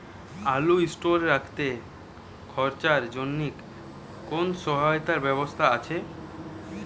আলু স্টোরে রাখতে খরচার জন্যকি কোন সহায়তার ব্যবস্থা আছে?